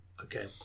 Okay